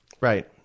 Right